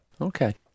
Okay